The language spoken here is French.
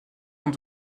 dans